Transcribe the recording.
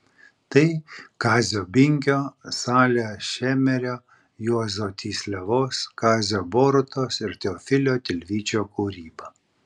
tai kazio binkio salio šemerio juozo tysliavos kazio borutos ir teofilio tilvyčio kūryba